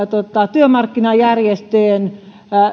työmarkkinajärjestöjen